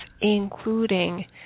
including